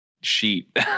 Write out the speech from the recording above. sheet